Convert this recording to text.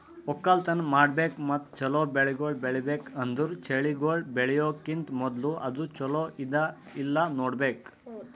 ಒಕ್ಕಲತನ ಮಾಡ್ಬೇಕು ಮತ್ತ ಚಲೋ ಬೆಳಿಗೊಳ್ ಬೆಳಿಬೇಕ್ ಅಂದುರ್ ಬೆಳಿಗೊಳ್ ಬೆಳಿಯೋಕಿಂತಾ ಮೂದುಲ ಅದು ಚಲೋ ಅದಾ ಇಲ್ಲಾ ನೋಡ್ಬೇಕು